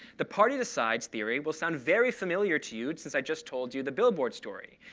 the party decides theory will sound very familiar to you since i just told you the billboard story.